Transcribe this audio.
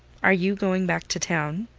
are you going back to town?